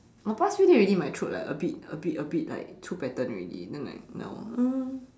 past few days already my throat like a bit a bit like throw pattern already then like now uh